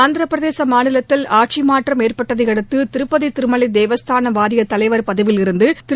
ஆந்திரப் பிரதேச மாநிலத்தில் ஆட்சி மாற்றம் ஏற்பட்டதை அடுத்து திருப்பதி திருமலை தேவஸ்தான வாரியத் தலைவர் பதவியிலிருந்து திரு